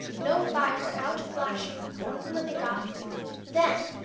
no fire out flashing from the living god then,